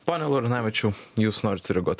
pone laurinavičiau jūs norite reaguoti